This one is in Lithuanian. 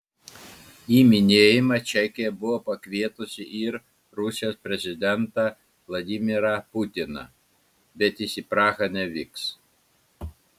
į minėjimą čekija buvo pakvietusi ir rusijos prezidentą vladimirą putiną bet jis į prahą nevyks